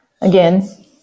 again